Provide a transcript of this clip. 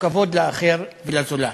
וכבוד לאחר, לזולת.